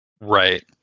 Right